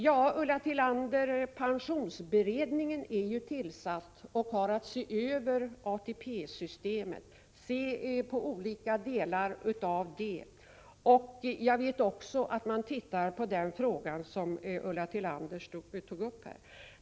Till Ulla Tillander vill jag säga att pensionsberedningen ju är tillsatt och har att se över vissa delar av ATP-systemet. Jag vet också att den skall se på den fråga som Ulla Tillander tog upp här.